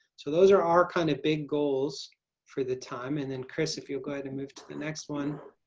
so those are are kind of big goals for the time. and then, crys, if you'll go ahead and move to the next one.